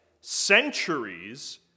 centuries